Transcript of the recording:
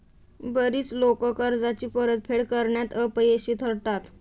बरीच लोकं कर्जाची परतफेड करण्यात अपयशी ठरतात